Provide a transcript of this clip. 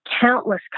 Countless